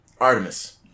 Artemis